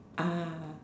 ah